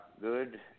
good